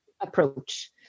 approach